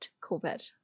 Corbett